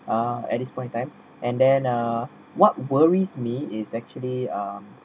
uh at this point in time and then uh what worries me is actually um